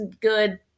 Good